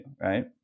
right